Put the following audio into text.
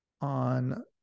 on